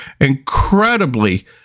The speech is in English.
incredibly